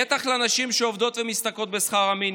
בטח לנשים עובדות שמשתכרות שכר מינימום.